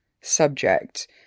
subject